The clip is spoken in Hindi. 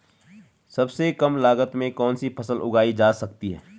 सबसे कम लागत में कौन सी फसल उगाई जा सकती है